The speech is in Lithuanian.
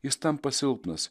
jis tampa silpnas